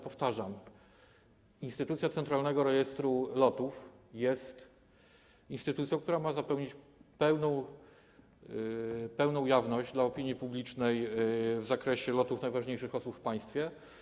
Powtarzam: instytucja Centralnego Rejestru Lotów jest instytucją, która ma zapewnić pełną jawność dla opinii publicznej w zakresie lotów najważniejszych osób w państwie.